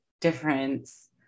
difference